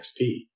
XP